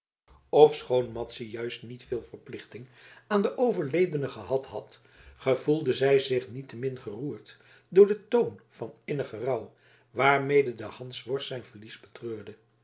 ofschoon madzy juist niet veel verplichting aan den overledene gehad had gevoelde zij zich niettemin geroerd door den toon van innigen rouw waarmede de hansworst zijn verlies betreurde